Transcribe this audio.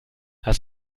hast